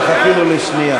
בבקשה.